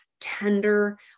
tender